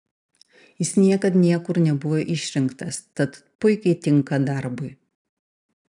jis niekad niekur nebuvo išrinktas tad puikiai tinka darbui